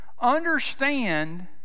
Understand